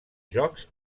jocs